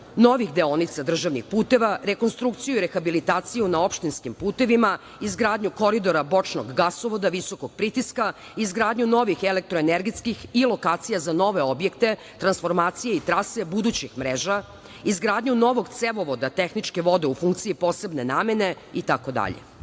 novih deonica državnih puteva, rekonstrukciju i rehabilitaciju na opštinskih putevima, izgradnju Koridora bočnog gasovoda, visokog pritiska, izgradnju novih elektroenergetskih i lokacija za nove objekte, transformacije i trase budućih mreža, izgradnju novog cevovoda tehničke vode u funkciji posebne namene